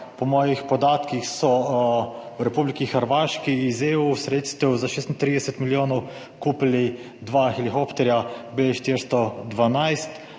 Po mojih podatkih so v Republiki Hrvaški iz evropskih sredstev za 36 milijonov kupili dva helikopterja Bell